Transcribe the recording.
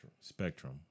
Spectrum